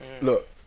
look